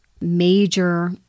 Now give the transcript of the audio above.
major